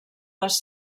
les